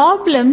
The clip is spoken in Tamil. பிராப்ளம்